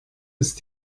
ist